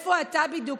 איפה אתה בדיוק?